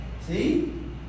See